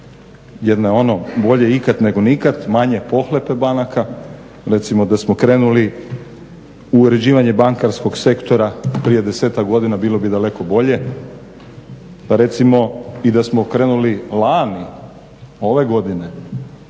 Jedna je ono bolje ikad, nego nikad, manje pohlepe banaka. Recimo da smo krenuli u uređivanje bankarskog sektora prije desetak godina bilo bi daleko bolje, pa recimo i da smo krenuli lani, ove godine